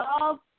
love